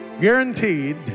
Guaranteed